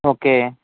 okay